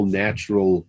natural